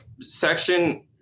section